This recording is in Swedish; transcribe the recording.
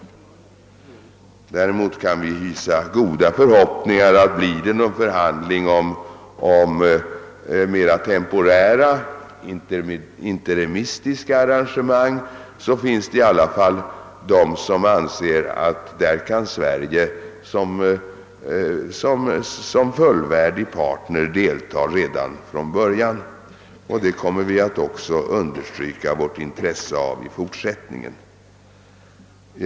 Det finns däremot bedömare som anser att Sverige, om det kommer till stånd förhandlingar om mera temporära eller interimistiska arrangemang, i en Ssådan diskussion från början skulle kunna delta som fullvärdig part. Vi kommer också att understryka vårt intresse av detta i fortsättningen.